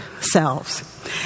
selves